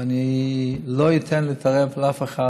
ואני לא אתן לאף אחד להתערב.